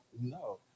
No